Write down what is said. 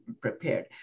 prepared